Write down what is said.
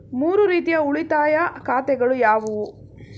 ಮೂರು ರೀತಿಯ ಉಳಿತಾಯ ಖಾತೆಗಳು ಯಾವುವು?